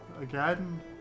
again